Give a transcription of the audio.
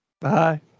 Bye